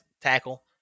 tackle